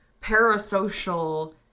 parasocial